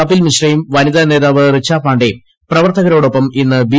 കപിൽ മിശ്രയും വനിതാ നേതാവ് റിച്ചാ പാണ്ടേയും പ്രവർത്തകരോടൊപ്പം ഇസ്റ്റ് ബി